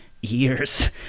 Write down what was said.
years